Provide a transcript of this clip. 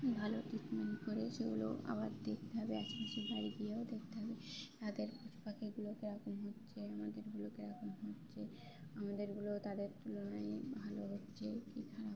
ভালো ট্রিটমেন্ট করে সেগুলো আবার দেখতে হবে আশেপাশের বাড়ি গিয়েও দেখতে হবে তাদের পশুপখিগুলো কীরকম হচ্ছে আমাদেরগুলো কীরকম হচ্ছে আমাদেরগুলো তাদের তুলনায় ভালো হচ্ছে কী খারাপ হচ্ছে